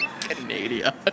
Canada